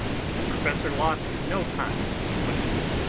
the professor lost no time in his questioning